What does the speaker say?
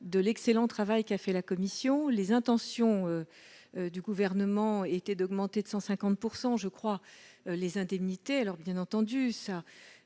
de l'excellent travail qu'a fait la commission. Les intentions du Gouvernement étaient d'augmenter de 150 %, me semble-t-il, les indemnités. Bien entendu, cela